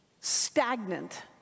stagnant